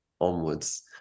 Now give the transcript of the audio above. onwards